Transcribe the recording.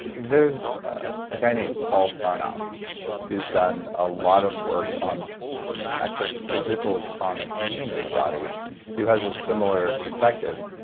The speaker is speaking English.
there's a guy named paul sinoff who's done a lot of work on actual physical chronic pain in the body who has a similar perspective.